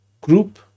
group